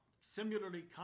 similarly